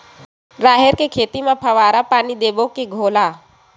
राहेर के खेती म फवारा पानी देबो के घोला?